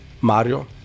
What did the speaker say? Mario